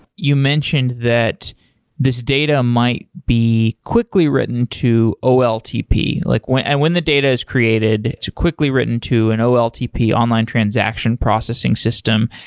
you mentioned that this data might be quickly written to oltp. like when and when the data is created to quickly written to an oltp, online transaction processing system,